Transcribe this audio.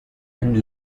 and